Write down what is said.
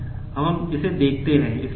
अब हम इसे देखते हैं